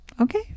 Okay